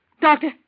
doctor